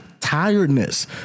Tiredness